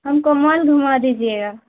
ہم کو مال گھما دیجیے گا